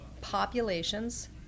populations